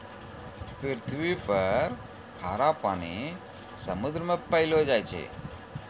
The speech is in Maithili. पृथ्वी पर खारा पानी समुन्द्र मे पैलो जाय छै